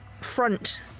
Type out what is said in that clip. front